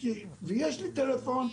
ויש לי טלפון.